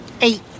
Eight